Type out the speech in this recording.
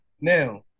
Now-